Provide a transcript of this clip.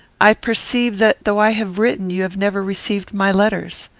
i perceive that, though i have written, you have never received my letters.